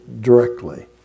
directly